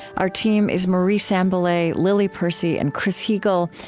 our team is marie sambilay, lily percy, and chris heagle.